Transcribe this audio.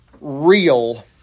real